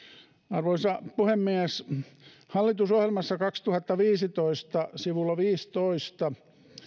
arvoisa puhemies hallitusohjelmassa kaksituhattaviisitoista sivulla viisitoista